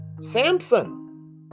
Samson